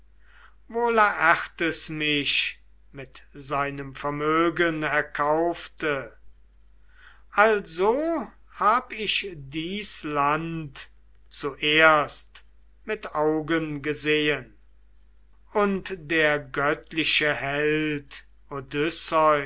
laertes mich mit seinem vermögen erkaufte also hab ich dies land zuerst mit augen gesehen und der göttliche held